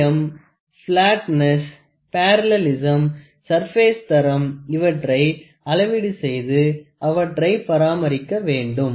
துல்லியம் flatness parallelism surface தரம் இவற்றை அளவீடு செய்து அவற்றை பராமரிக்க வேண்டும்